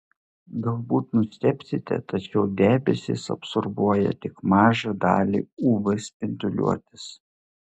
galbūt nustebsite tačiau debesys absorbuoja tik mažą dalį uv spinduliuotės